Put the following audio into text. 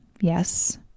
yes